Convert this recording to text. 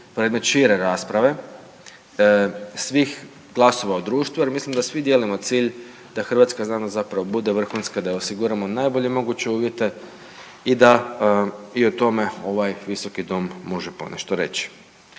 predmet šire rasprave svih glasova u društvu jer mislim da svi dijelimo cilj da hrvatska znanost zapravo bude vrhunska, da joj osiguramo najbolje moguće uvjete i da i o tome ovaj visoki dom može ponešto reći.